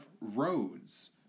roads